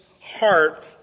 heart